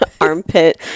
armpit